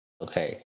Okay